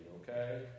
okay